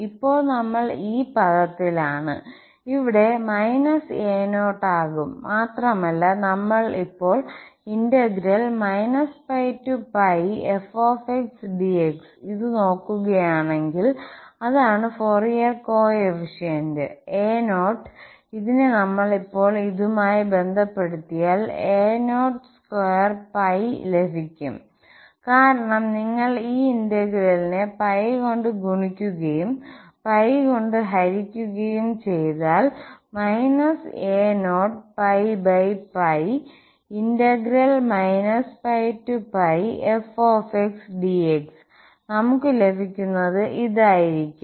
ഇപ്പോൾ നമ്മൾ ഈ പദത്തിലാണ് ഇവിടെ a0 ആകും മാത്രമല്ല നമ്മൾ ഇപ്പോൾ ഇത് നോക്കുകയാണെങ്കിൽ അതാണ് ഫോറിയർ കോഎഫിഷ്യന്റ് a0 ഇതിനെ നമ്മൾ ഇപ്പോൾ ഇതുമായി ബന്ധപ്പെടുത്തിയാൽ a02 ലഭിക്കും കാരണം നിങ്ങൾ ഈ ഇന്റർഗ്രേലിനെ കൊണ്ട് ഗുണിക്കുകയും കൊണ്ട് ഹരിക്കുകയും ചെയ്താൽ നമുക് ലഭിക്കുന്നത് ഇതായിരിക്കും